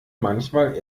manchmal